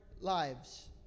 lives